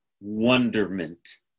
wonderment